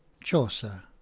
Chaucer